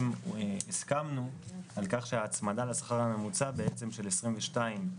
שהסכמנו על כך שההצמדה לשכר הממוצע של 22',